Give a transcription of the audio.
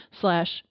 slash